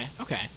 Okay